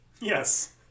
Yes